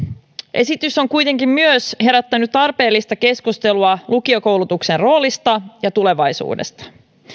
esitys on kuitenkin myös herättänyt tarpeellista keskustelua lukiokoulutuksen roolista ja tulevaisuudesta